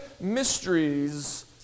mysteries